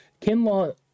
Kinlaw